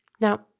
Now